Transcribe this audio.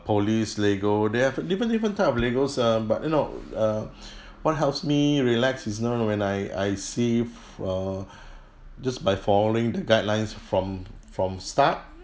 police lego they have different different type of legos uh but you know uh what helps me relax is know when I I see f~ uh just by following the guidelines from from start